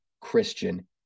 Christian